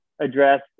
address